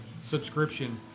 subscription